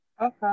okay